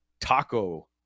taco